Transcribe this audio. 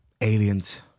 aliens